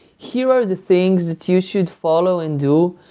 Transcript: here are the things that you should follow and do,